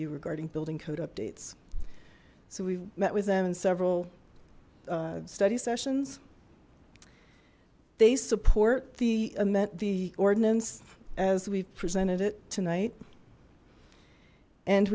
you regarding building code updates so we met with them in several study sessions they support the ament the ordinance as we presented it tonight and